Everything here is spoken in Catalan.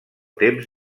temps